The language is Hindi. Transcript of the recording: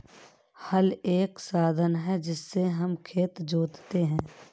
हल एक साधन है जिससे हम खेत जोतते है